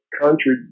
country